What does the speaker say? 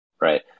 right